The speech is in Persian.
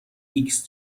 ایکس